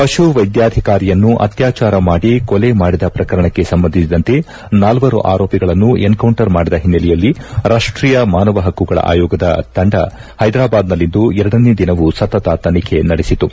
ಪಶು ವೈದ್ಗಾಧಿಕಾರಿಯನ್ನು ಅತ್ಯಾಚಾರ ಮಾಡಿ ಕೊಲೆ ಮಾಡಿದ ಪ್ರಕರಣಕ್ಕೆ ಸಂಬಂಧಿಸಿದಂತೆ ನಾಲ್ವರು ಆರೋಪಿಗಳನ್ನು ಎನ್ ಕೌಂಟರ್ ಮಾಡಿದ ಹಿನ್ನೆಲೆಯಲ್ಲಿ ರಾಷ್ಲೀಯ ಮಾನವ ಪಕ್ಷುಗಳ ಆಯೋಗದ ತಂಡ ಹೈದ್ರಾಬಾದ್ನಲ್ಲಿಂದು ಎರಡನೇ ದಿನವು ಸತತ ತನಿಖೆ ನಡೆಸಿತು